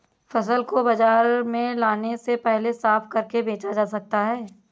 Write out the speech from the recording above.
फसल को बाजार में लाने से पहले साफ करके बेचा जा सकता है?